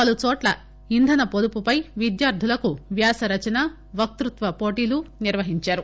పలుచోట్ల ఇంధన పొదుపుపై విద్యార్గులకు వ్యాసరచన వక్షత్వ పోటీలు నిర్వహించారు